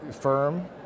firm